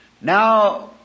Now